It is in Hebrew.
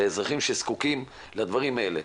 לאזרחים שזקוקים לדברים האלה.